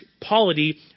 polity